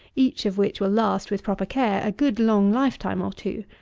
each of which will last, with proper care, a good long lifetime or two,